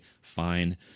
Fine